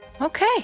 Okay